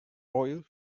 oil